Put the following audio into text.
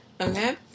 Okay